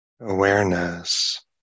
awareness